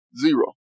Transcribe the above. Zero